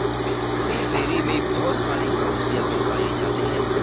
blueberry में बहुत सारे औषधीय गुण पाये जाते हैं